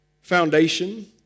foundation